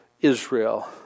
Israel